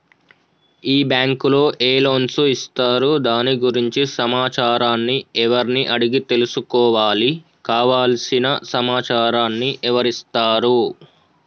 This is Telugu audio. ఈ బ్యాంకులో ఏ లోన్స్ ఇస్తారు దాని గురించి సమాచారాన్ని ఎవరిని అడిగి తెలుసుకోవాలి? కావలసిన సమాచారాన్ని ఎవరిస్తారు?